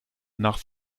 nach